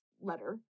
letter